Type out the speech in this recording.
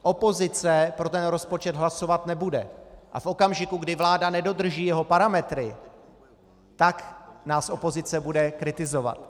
Opozice pro rozpočet hlasovat nebude a v okamžiku, kdy vláda nedodrží jeho parametry, tak nás opozice bude kritizovat.